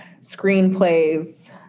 screenplays